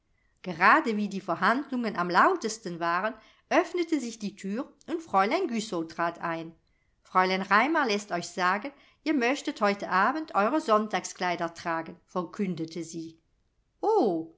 gerade wie die verhandlungen am lautesten waren öffnete sich die thür und fräulein güssow trat ein fräulein raimar läßt euch sagen ihr möchtet heute abend eure sonntagskleider tragen verkündete sie o